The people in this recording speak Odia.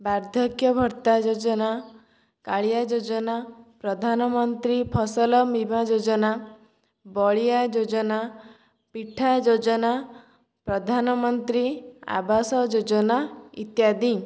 ବାର୍ଦ୍ଧକ୍ୟ ଭତ୍ତା ଯୋଜନା କାଳିଆ ଯୋଜନା ପ୍ରଧାନ ନ୍ତ୍ରୀ ଫସଲ ବୀମା ଯୋଜନା ବଳିଆ ଯୋଜନା ପିଠା ଯୋଜନା ପ୍ରଧାନମନ୍ତ୍ରୀ ଆବାସ ଯୋଜନା ଇତ୍ୟାଦି